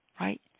Right